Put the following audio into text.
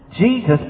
Jesus